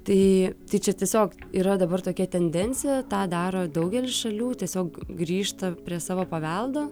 tai tai čia tiesiog yra dabar tokia tendencija tą daro daugelis šalių tiesiog grįžta prie savo paveldo